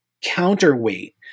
counterweight